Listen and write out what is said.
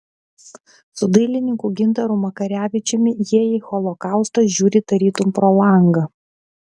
su dailininku gintaru makarevičiumi jie į holokaustą žiūri tarytum pro langą